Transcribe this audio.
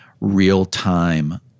real-time